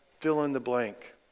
fill-in-the-blank